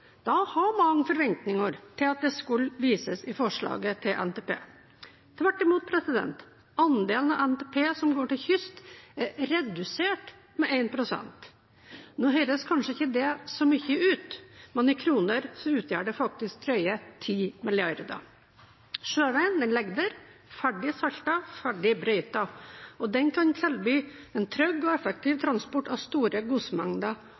Da hadde mange forventninger til at det skulle vises i forslaget til NTP. Tvert imot – andelen av NTP som går til kyst, er redusert med 1 pst. Nå høres kanskje ikke det så mye ut, men i kroner utgjør det faktisk drøye 10 mrd. kr. Sjøveien ligger der – ferdig saltet, ferdig brøytet – og den kan tilby en trygg og effektiv transport av store